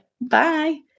Bye